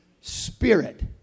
Spirit